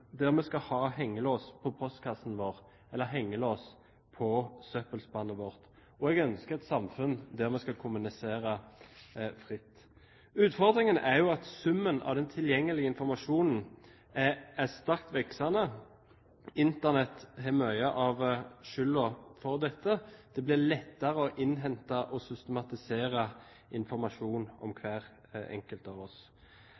der vi skal ha hengelås på postkassen vår, eller hengelås på søppelspannet vårt. Jeg ønsker et samfunn der vi kan kommunisere fritt. Utfordringen er at summen av tilgjengelig informasjon er sterkt voksende. Internett har mye av skylden for dette: Det blir lettere å innhente og systematisere informasjon om hver enkelt av oss.